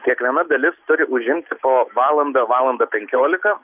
kiekviena dalis turi užimti po valandą valandą penkiolika